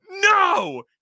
no